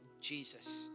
Jesus